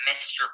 Mr